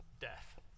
death